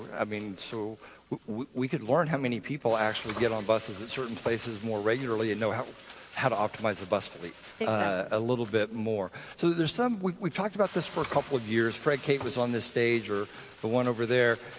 i mean, so we we could learn how many people actually get on buses at certain places more regularly and know how how to optimize the bus fleet a little bit more. so there's some we've we've talked about this for a couple of years. fred was on this stage or the one over there,